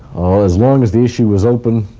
as long as the issue was open,